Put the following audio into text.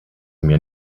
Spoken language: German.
mir